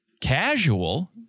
casual